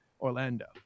Orlando